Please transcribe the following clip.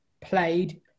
played